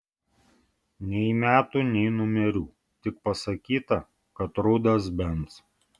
nei metų nei numerių tik pasakyta kad rudas benz